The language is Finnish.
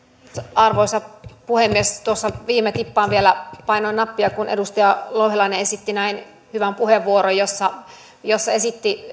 arvoisa puhemies tuossa viime tippaan vielä painoin nappia kun edustaja louhelainen esitti näin hyvän puheenvuoron jossa jossa esitti